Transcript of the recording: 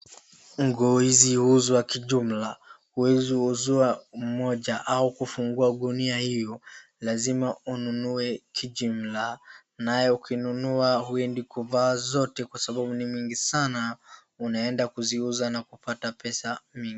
Nguo hizi huuzwa kijumla, huwezi uziwa moja au kufungua gunia hio lazima ununue kijumla. Nayo ukinunua huendi kuvaa zote kwa sababu ni mingi sana, unaenda kuziuza na kupata pesa mingi.